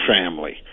family